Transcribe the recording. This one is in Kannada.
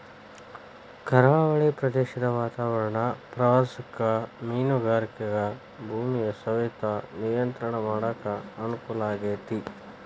ಕರಾವಳಿ ಪ್ರದೇಶದ ವಾತಾವರಣ ಪ್ರವಾಸಕ್ಕ ಮೇನುಗಾರಿಕೆಗ ಭೂಮಿಯ ಸವೆತ ನಿಯಂತ್ರಣ ಮಾಡಕ್ ಅನುಕೂಲ ಆಗೇತಿ